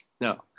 No